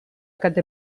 kate